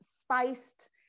spiced